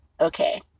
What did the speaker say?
okay